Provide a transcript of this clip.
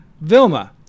Vilma